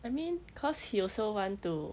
I mean cause he also want to